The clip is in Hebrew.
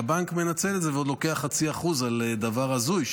והבנק מנצל את זה ועוד לוקח 0.5% על דבר הזוי,